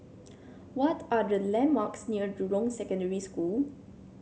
what are the landmarks near Jurong Secondary School